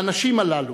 האנשים הללו,